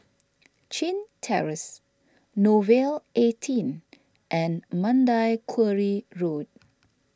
Chin Terrace Nouvel eighteen and Mandai Quarry Road